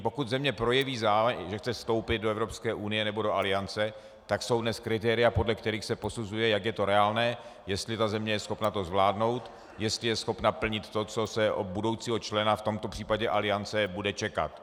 Pokud země projeví zájem, že chce vstoupit do Evropské unie nebo do Aliance, tak jsou dnes kritéria, podle kterých se posuzuje, jak je to reálné, jestli je země schopna to zvládnout, jestli je schopna plnit to, co se od budoucího člena, v tomto případě Aliance, bude čekat.